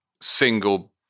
single